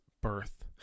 birth